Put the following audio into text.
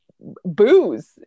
booze